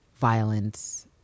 violence